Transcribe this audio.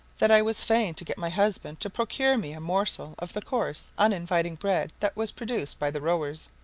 that i was fain to get my husband to procure me a morsel of the coarse uninviting bread that was produced by the rowers,